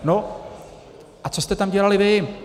No a co jste tam dělali vy?